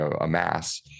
amass